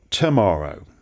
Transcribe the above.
Tomorrow